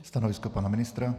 Stanovisko pana ministra?